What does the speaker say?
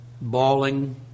bawling